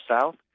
South